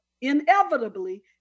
inevitably